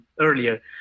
earlier